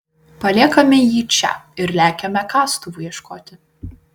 paliekame jį čia ir lekiame kastuvų ieškoti